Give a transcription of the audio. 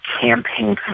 campaign